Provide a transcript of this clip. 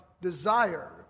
desire